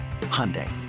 Hyundai